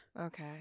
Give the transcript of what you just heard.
Okay